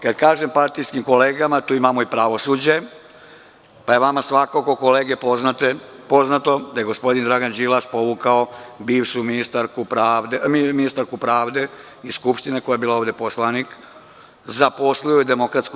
Kada kažem partijskim kolegama, tu imamo i pravosuđe, pa vam je svakako, kolege, poznato da je gospodin Dragan Đilas povukao bivšu ministarku pravde iz Skupštine, koja je bila ovde poslanik, i zaposlio je u DS.